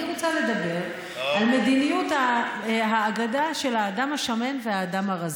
אני רוצה לדבר על מדיניות האגדה של האדם השמן והאדם הרזה.